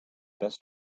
best